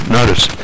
Notice